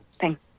Thanks